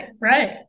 right